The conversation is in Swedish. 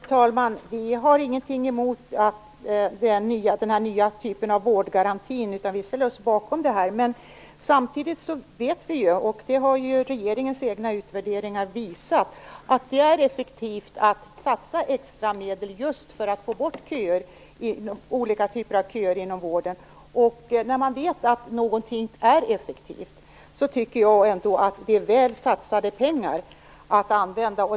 Fru talman! Vi har ingenting emot den nya typen av vårdgaranti; vi ställer oss bakom det. Samtidigt vet vi, det har regeringens egna utvärderingar visat, att det är effektivt att satsa extra medel just för att få bort olika köer inom vården. När man vet att någonting är effektivt tycker jag ändå att det är väl satsade pengar som man använder.